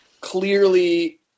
clearly